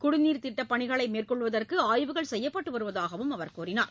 குடிநீர் திட்டப் பணிகளை மேற்கொள்வதற்கு ஆய்வுகள் செய்யப்பட்டு வருவதாக தெரிவித்தார்